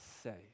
say